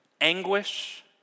anguish